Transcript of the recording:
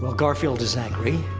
garfield is angry.